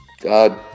God